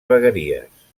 vegueries